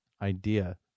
idea